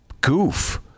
goof